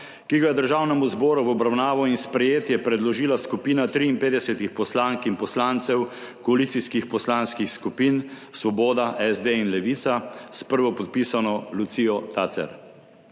ki ga je Državnemu zboru v obravnavo in sprejetje predložila skupina 53 poslank in poslancev koalicijskih poslanskih skupin Svoboda, SD in Levica s prvopodpisano Lucijo Tacer.